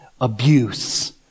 abuse